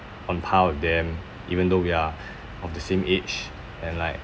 on par with them even though we are of the same age and like